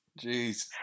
jeez